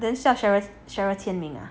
then 需要 cheryl 签名啊